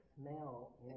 smell